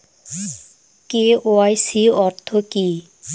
KYC অর্থ কি?